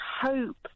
hope